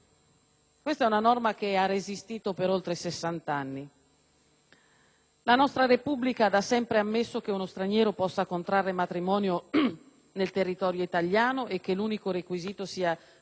La nostra Repubblica da sempre ha ammesso che uno straniero possa contrarre matrimonio nel territorio italiano e che l'unico requisito sia la dichiarazione del suo Paese che nulla osta a tale matrimonio.